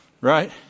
right